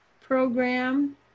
program